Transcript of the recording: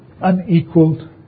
unequaled